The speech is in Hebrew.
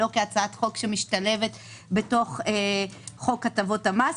לא כהצעת חוק שמשתלבת בתוך חוק הטבות המס,